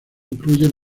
incluye